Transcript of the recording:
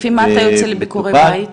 לפי מה אתה יוצא לביקורי בית?